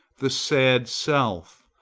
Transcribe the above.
the sad self,